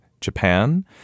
japan